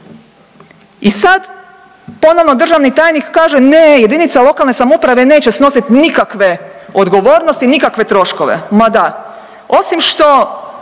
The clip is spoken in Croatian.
I sad ponovno državni tajnik kaže ne JLS neće snosit nikakve odgovornosti i nikakve troškove, ma da? Osim što